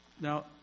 Now